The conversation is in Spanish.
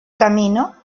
camino